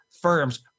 firms